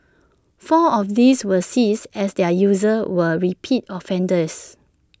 four of these were seized as their users were repeat offenders